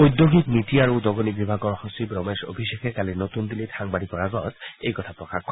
ওঁদ্যোগিক নীতি আৰু উদগণি বিভাগৰ সচিব ৰমেশ অভিষেকে কালি নতুন দিন্নীত সাংবাদিকৰ আগত এই কথা প্ৰকাশ কৰে